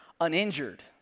uninjured